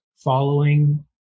following